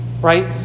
right